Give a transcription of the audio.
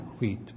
wheat